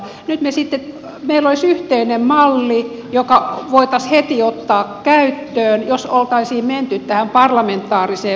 nyt meillä sitten olisi yhteinen malli joka voitaisiin heti ottaa käyttöön jos olisi menty tähän parlamentaariseen valmisteluun